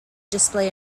display